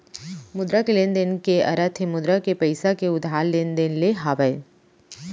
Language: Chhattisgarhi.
मुद्रा के लेन देन के अरथ हे मुद्रा के पइसा के उधार लेन देन ले हावय